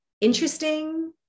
interesting